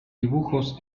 dibujos